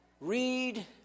read